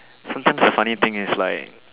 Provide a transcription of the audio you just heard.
sometimes the funny thing is like